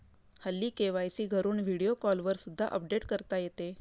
हल्ली के.वाय.सी घरून व्हिडिओ कॉलवर सुद्धा अपडेट करता येते